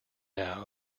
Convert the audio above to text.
now